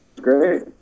Great